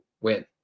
win